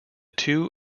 two